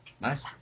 Nice